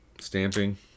stamping